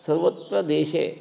सर्वत्र देशे